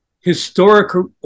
historical